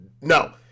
No